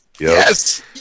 Yes